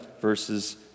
verses